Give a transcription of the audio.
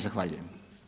Zahvaljujem.